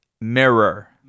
mirror